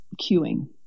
cueing